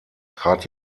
trat